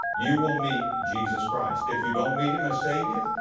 you will meet jesus christ. if you don't meet him as savior,